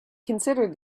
considered